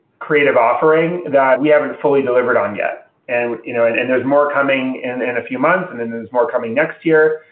creative offering that we haven't fully delivered on yet and you know and and there's more coming and in a few months and then there's more coming next year,